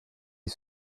est